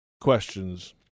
questions